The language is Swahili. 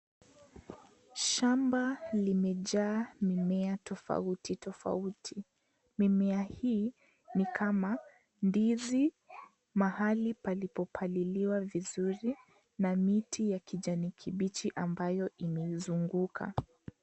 Shamba limejaa mimea tofauti tofauti ,mimea hii ni kama ndizi mahali palipopaliliwa vizuri na miti ya kijani kibichi ambayo imezunguka.